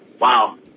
Wow